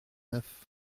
neuf